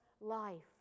life